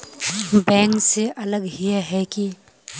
Bank से अलग हिये है की?